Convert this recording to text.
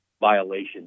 violation